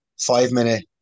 five-minute